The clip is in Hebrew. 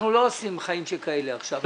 אנחנו לא עושים "חיים שכאלה" עכשיו.